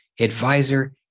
advisor